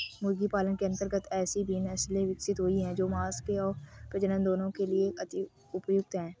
मुर्गी पालन के अंतर्गत ऐसी भी नसले विकसित हुई हैं जो मांस और प्रजनन दोनों के लिए अति उपयुक्त हैं